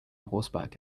horseback